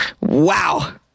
Wow